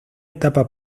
etapa